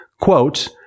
quote